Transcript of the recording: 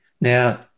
Now